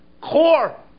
core